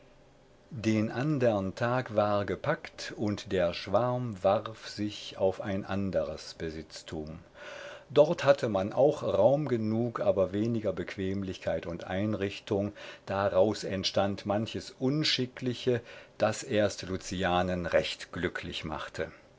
den andern tag war gepackt und der schwarm warf sich auf ein anderes besitztum dort hatte man auch raum genug aber weniger bequemlichkeit und einrichtung daraus entstand manches unschickliche das erst lucianen recht glücklich machte